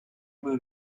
moon